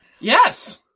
Yes